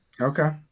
Okay